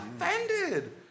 offended